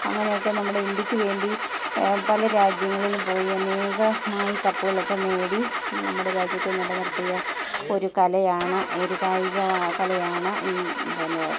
അങ്ങനെയൊക്കെ നമ്മുടെ ഇന്ത്യയ്ക്ക് വേണ്ടി പല രാജ്യങ്ങളിൽ പോയി അനേകമായി കപ്പുകളൊക്കെ നേടി നമ്മുടെ രാജ്യത്തെ നിലനിർത്തിയ ഒരു കലയാണ് ഈ ഒരു കായിക കലയാണ് ഈ പിന്നെ